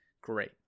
great